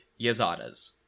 Yazadas